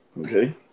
okay